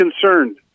concerned